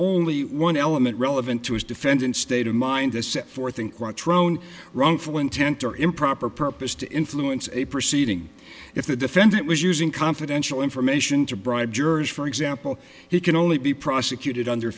only one element relevant to his defendant's state of mind as set forth in quattrone wrongful intent or improper purpose to influence a proceeding if the defendant was using confidential information to bribe jurors for example he can only be prosecuted under